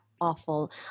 awful